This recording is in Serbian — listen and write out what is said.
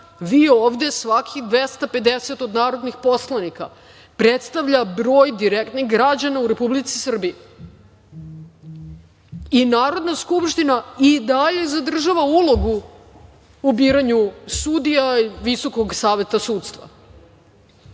Vi ovde svakih 250 od narodnih poslanika predstavlja broj direktnih građana u Republici Srbiji. I Narodna skupština i dalje zadržava ulogu u biranju sudija i VSS. Moguće nešto